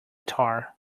tar